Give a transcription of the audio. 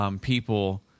People